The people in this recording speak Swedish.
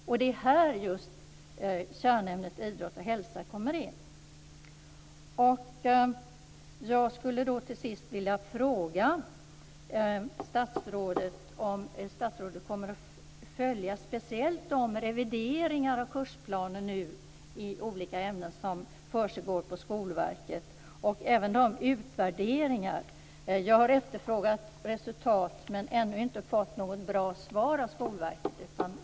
Och det är här som kärnämnet idrott och hälsa kommer in. Till sist vill jag fråga om statsrådet kommer att följa de revideringar och utvärderingar av kursplanen som försiggår i olika ämnen på Skolverket? Jag har efterfrågat resultat, men jag har ännu inte fått något bra svar av Skolverket.